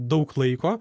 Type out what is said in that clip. daug laiko